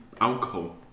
alcohol